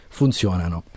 funzionano